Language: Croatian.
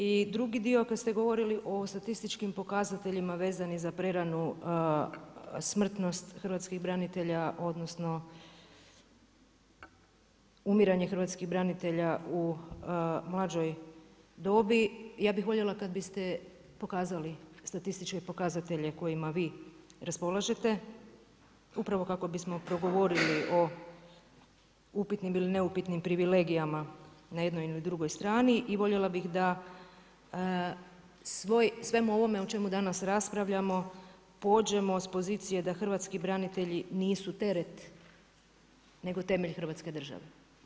I drugi dio kad ste govorili o statističkim pokazateljima vezani za preranu smrtnost hrvatskih branitelja odnosno umiranje hrvatskih branitelja u mlađoj dobi, ja bih voljela kad biste pokazali statističke pokazatelje kojima vi raspolažete, upravo kako bismo progovorili o upitnim ili neupitnim privilegijama na jednoj i na drugoj strani i voljela bi da svemu ovome o čemu danas raspravljamo pođemo s pozicije da hrvatski branitelji nisu teret nego temelj hrvatske države.